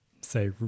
say